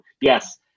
yes